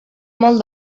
molt